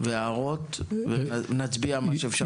הערות ונצביע על מה שאפשר להצביע.